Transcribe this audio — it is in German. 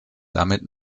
damit